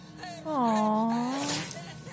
Aww